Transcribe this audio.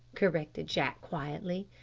corrected jack quietly.